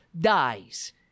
dies